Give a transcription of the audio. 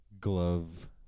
glove